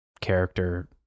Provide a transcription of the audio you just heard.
character